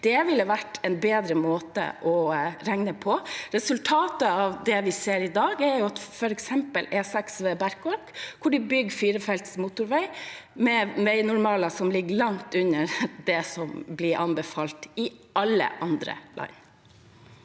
Det ville vært en bedre måte å regne på. Resultatet, det vi ser i dag, er f.eks. E6 ved Berkåk, hvor de bygger firefelts motorvei med veinormaler som ligger langt under det som blir anbefalt i alle andre land.